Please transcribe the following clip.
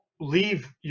leave